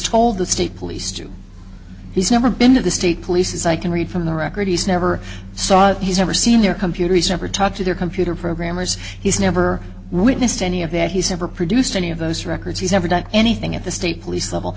told the state police do he's never been to the state police i can read from the record he's never sought he's never seen your computer he's never talked to their computer programmers he's never witnessed any of that he's never produced any of those records he's never done anything at the state police level